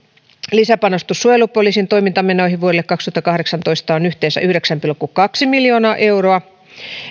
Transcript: lisäpanostus suojelupoliisin toimintamenoihin vuodelle kaksituhattakahdeksantoista on yhteensä yhdeksän pilkku kaksi miljoonaa euroa